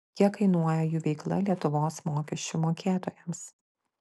kiek kainuoja jų veikla lietuvos mokesčių mokėtojams